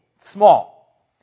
Small